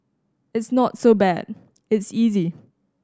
it's not so bad it's easy